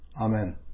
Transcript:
Amen